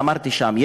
ואמרתי שם,